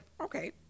Okay